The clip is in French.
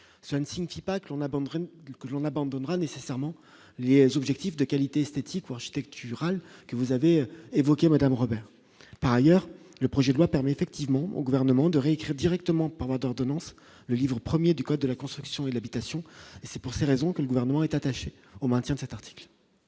l'on abandonne, que l'on abandonnera nécessairement liées aux objectifs de qualité esthétique ou architectural que vous avez évoquées Madame Robert, par ailleurs, le projet de loi permet effectivement au gouvernement de réécrire directement par voie d'ordonnance, le livre 1er du code de la construction et l'habitation c'est pour ces raisons que le gouvernement est attaché au maintien de cet article.